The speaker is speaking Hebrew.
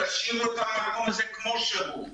תשאירו את המצב כפי שהוא.